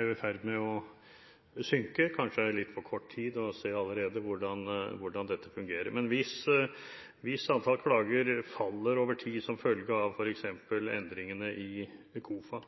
i ferd med å synke. Kanskje det er litt for tidlig å se hvordan dette fungerer allerede nå, men hvis antall klager faller over tid som følge av f.eks. endringene i KOFA,